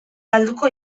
galduko